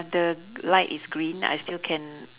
the light is green I still can